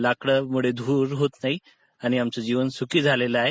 लाकडांमुळे धूर होत नाही आणि आमचं जीवन सुखी झालं आहे